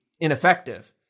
ineffective